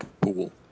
pool